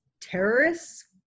terrorists